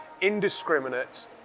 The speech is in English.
indiscriminate